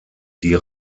die